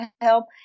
help